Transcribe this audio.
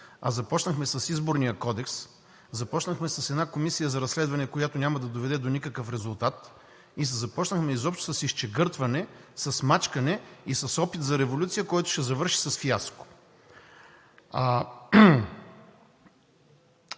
а започнахме с Изборния кодекс, започнахме с една комисия за разследвания, която няма да доведе до никакъв резултат, и започнахме изобщо с изчегъртване, с мачкане и с опит за революция, който ще завърши с фиаско?